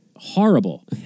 Horrible